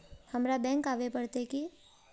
हमरा बैंक आवे पड़ते की?